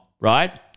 right